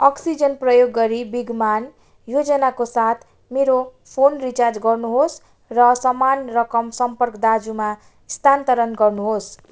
oxygen प्रयोग गरी विद्यमान योजनाको साथ मेरो फोन रिचार्ज गर्नुहोस् र समान रकम सम्पर्क दाजुमा स्थानान्तरण गर्नुहोस्